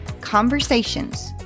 Conversations